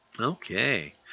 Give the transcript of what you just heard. Okay